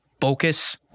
focus